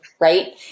Right